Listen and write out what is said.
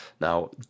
now